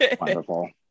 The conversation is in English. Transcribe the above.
Wonderful